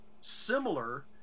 similar